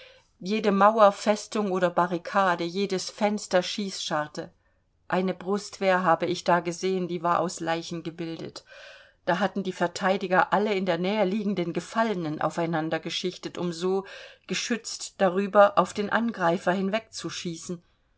jede mauer festung oder barrikade jedes fenster schießscharte eine brustwehr habe ich da gesehen die war aus leichen gebildet da hatten die verteidiger alle in der nähe liegenden gefallenen aufeinandergeschichtet um so geschützt darüber auf den angreifer